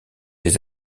des